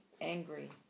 angry